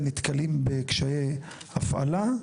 נתקלים בקשיי הפעלה.